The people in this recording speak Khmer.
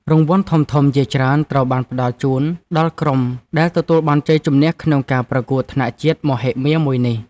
រង្វាន់ធំៗជាច្រើនត្រូវបានផ្តល់ជូនដល់ក្រុមដែលទទួលបានជ័យជំនះក្នុងការប្រកួតថ្នាក់ជាតិមហិមាមួយនេះ។